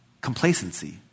complacency